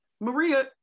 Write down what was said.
Maria